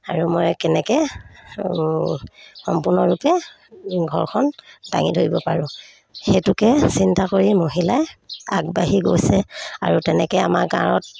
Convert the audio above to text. আৰু মই কেনেকৈ সম্পূৰ্ণৰূপে ঘৰখন দাঙি ধৰিব পাৰোঁ সেইটোকে চিন্তা কৰি মহিলাই আগবাঢ়ি গৈছে আৰু তেনেকৈ আমাৰ গাঁৱত